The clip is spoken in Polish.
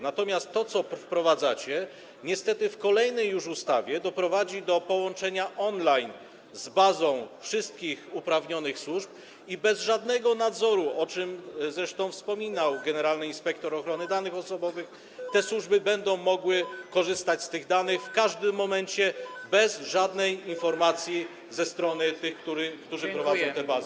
Natomiast to co wprowadzacie, niestety w już kolejnej ustawie, doprowadzi do połączenia on-line z bazą wszystkich uprawnionych służb i bez żadnego nadzoru, o czym zresztą wspominał generalny inspektor ochrony danych osobowych, te służby będą mogły korzystać z tych danych w każdym momencie, bez żadnej informacji ze strony tych, którzy prowadzą te bazy.